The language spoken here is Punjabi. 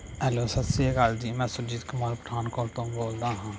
ਹੈਲੋ ਸਤਿ ਸ਼੍ਰੀ ਅਕਾਲ ਜੀ ਮੈਂ ਸੁਰਜੀਤ ਕੁਮਾਰ ਪਠਾਨਕੋਟ ਤੋਂ ਬੋਲਦਾ ਹਾਂ